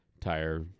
tire